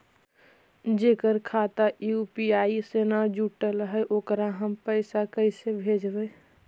जेकर खाता यु.पी.आई से न जुटल हइ ओकरा हम पैसा कैसे भेजबइ?